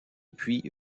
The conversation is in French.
puis